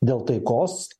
dėl taikos